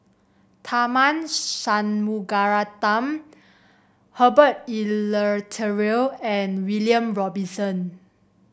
Tharman Shanmugaratnam Herbert Eleuterio and William Robinson